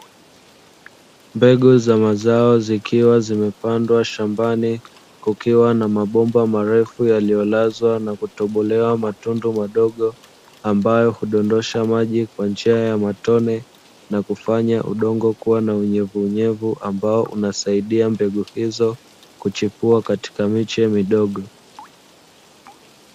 Mbegu za mazao zikiwa zimepandwa shambani kukiwa na mabomba marefu yaliyolazwa na kutobolewa matundu madogo ambao hudondosha maji kwa njia ya matone na kufanya udongo kuwa na unyevu unyevu ambayo unasaidia mbegu hizo kuchipua katika miche midogo.